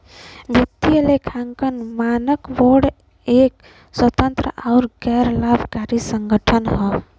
वित्तीय लेखांकन मानक बोर्ड एक स्वतंत्र आउर गैर लाभकारी संगठन हौ